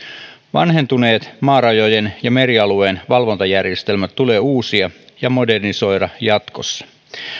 vanhentuneet maarajojen ja merialueen valvontajärjestelmät tulee uusia ja modernisoida jatkossa